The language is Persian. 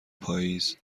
پاییز